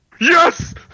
Yes